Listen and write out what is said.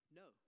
no